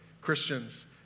Christians